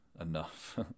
enough